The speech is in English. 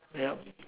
yeah